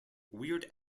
weird